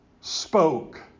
spoke